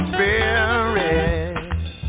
Spirit